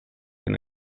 and